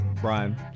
Brian